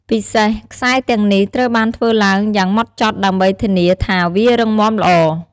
ពិសេសខ្សែទាំងនេះត្រូវបានធ្វើឡើងយ៉ាងម៉ត់ចត់ដើម្បីធានាថាវារឹងមាំល្អ។